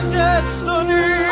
destiny